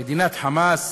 מדינת "חמאס",